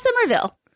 Somerville